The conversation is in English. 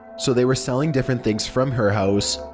so they were selling different things from here house.